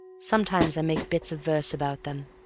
sometimes i make bits of verse about them,